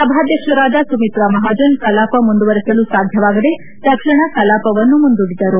ಸಭಾಧ್ಯಕ್ಷರಾದ ಸುಮಿತ್ತಾ ಮಹಾಜನ್ ಕಲಾಪ ಮುಂದುವರೆಸಲು ಸಾಧ್ಯವಾಗದೆ ತಕ್ಷಣ ಕಲಾಪವನ್ನು ಮುಂದೂಡಿದರು